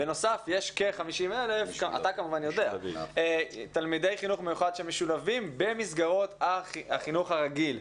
בנוסף יש כ-50,000 תלמידי חינוך מיוחד שמשולבים במסגרות החינוך הרגיל.